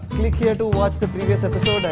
click here to watch the previous episode, and